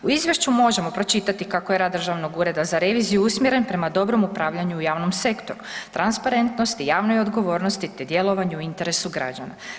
U izvješću možemo pročitati kako je rad Državnog ureda za reviziju usmjeren prema dobrom upravljanju u javnom sektoru, transparentnosti, javnoj odgovornosti te djelovanju u interesu građana.